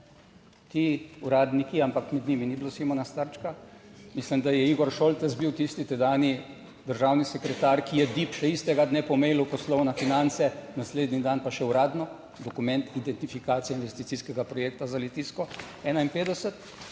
ti uradniki, ampak med njimi ni bilo Simona Trčka. Mislim, da je Igor Šoltes bil tisti tedanji državni sekretar, ki je DIP še istega dne po mailu poslal na Finance, naslednji dan pa še uradno dokument identifikacije investicijskega projekta za Litijsko 51